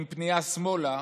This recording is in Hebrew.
עם הפנייה שמאלה